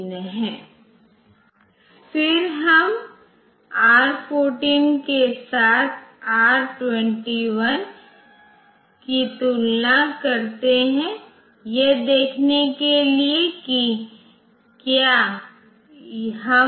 जैसे कि यदि हम गुणा कर रहे हैं यदि आप दो संख्याओं को गुणा कर रहे हैं और यदि आप देखते हैं कि संख्याएं 4 5 हैं तो ऐसा कुछ है